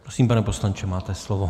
Prosím, pane poslanče, máte slovo.